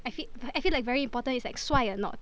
I fe~ I feel like very important is like 帅 or not